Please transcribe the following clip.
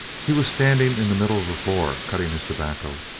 he was standing in the middle of the floor cutting his tobacco,